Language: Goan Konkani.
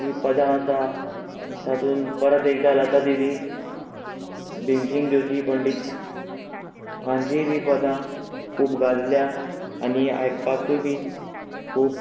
जीं पदां आसा तातूंत परत एकदां लाता दीदी भिमसिंग जोशी पंडीत हांचीय बी पदां खूब घालल्या आनी आयकपाकूय बी खूब